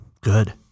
Good